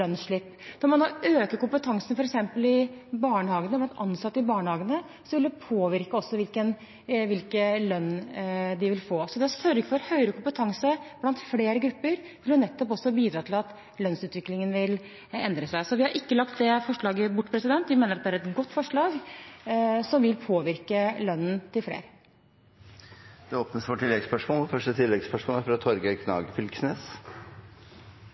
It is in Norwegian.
lønnsslipp. Når man øker kompetansen blant f.eks. ansatte i barnehagene, vil det også påvirke hvilken lønn de vil få. Det å sørge for høyere kompetanse blant flere grupper vil nettopp bidra til at lønnsutviklingen vil endre seg. Vi har ikke lagt dette forslaget bort, vi mener at det er et godt forslag, som vil påvirke lønnen til flere. Det blir gitt anledning til oppfølgingsspørsmål – først Torgeir Knag Fylkesnes.